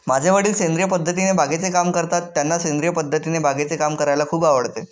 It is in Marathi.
माझे वडील सेंद्रिय पद्धतीने बागेचे काम करतात, त्यांना सेंद्रिय पद्धतीने बागेचे काम करायला खूप आवडते